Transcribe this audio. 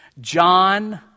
John